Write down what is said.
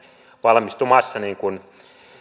valmistumassa niin kuin